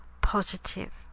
positive